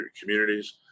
communities